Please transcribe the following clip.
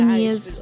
years